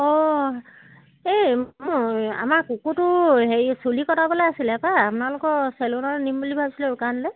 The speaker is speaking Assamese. অঁ এই আমাৰ কুকুৰটো হেৰি চুলি কটাবলে আছিলে পাই আপোনালোকৰ চেলুনলৈ নিম বুলি ভাবিছিলোঁ দোকানলে